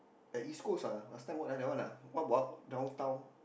at East-Coast ah last time what ah that one what about downtown